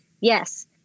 Yes